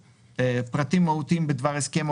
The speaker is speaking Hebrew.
פרטים מהותיים בדבר ההסכם,